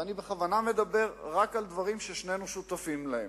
ואני בכוונה מדבר רק על דברים ששנינו שותפים להם.